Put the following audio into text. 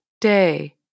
day